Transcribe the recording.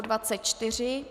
24.